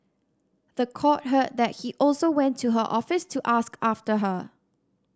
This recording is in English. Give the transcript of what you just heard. the court heard that he also went to her office to ask after her